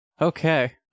okay